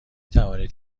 توانید